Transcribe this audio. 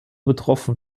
betroffen